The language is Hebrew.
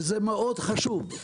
וזה מאוד חשוב.